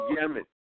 Yemen